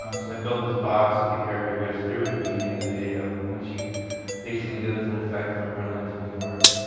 um so i built this box that the character goes through at the beginning of the video in which he basically goes in effect from berlin to new york.